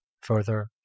further